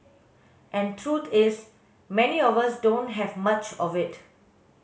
and truth is many of us don't have much of it